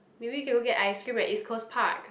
maybe you can go get ice cream at East-Coast-Park